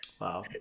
Wow